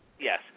Yes